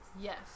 Yes